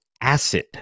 Acid